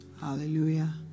Hallelujah